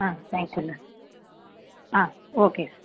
தேங்க்யூங்க ஓகே